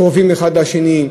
הם קרובים האחד לשני,